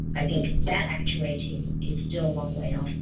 i think that actuating is still a long way off.